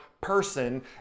person